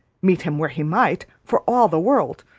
meet him where he might, for all the world!